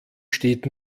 steht